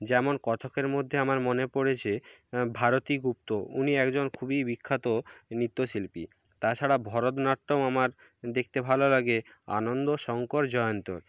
যেমন কত্থকের মধ্যে আমার মনে পড়েছে ভারতী গুপ্ত উনি একজন খুবই বিখ্যাত নৃত্যশিল্পী তাছাড়া ভরতনাট্যম আমার দেখতে ভালো লাগে আনন্দ শংকর জয়ন্তর